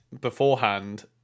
beforehand